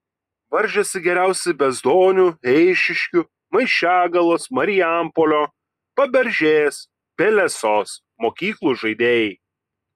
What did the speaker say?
varžėsi geriausi bezdonių eišiškių maišiagalos marijampolio paberžės pelesos mokyklų žaidėjai